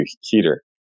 heater